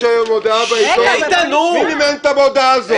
היום מודעה בעיתון מי מימן את המודעה הזו?